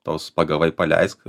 tos pagavai paleisk